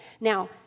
Now